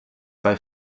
bei